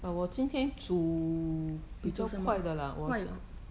你煮什么快的: ni zhu shen me kuai de